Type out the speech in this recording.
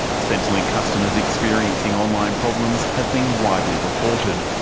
centrelink customers experiencing online problems have been widely reported.